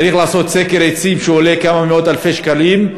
צריך לעשות סקר עצים, שעולה כמה מאות אלפי שקלים,